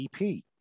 EP